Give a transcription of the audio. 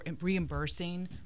reimbursing